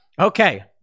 Okay